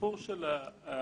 התמחור של מנגנון